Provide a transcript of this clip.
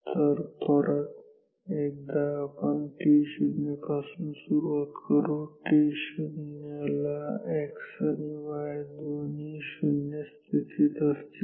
तर परत एकदा आपण t0 पासून सुरुवात करू t0 ला x आणि y दोन्ही स्थिती शून्य असतील